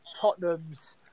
Tottenham's